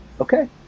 okay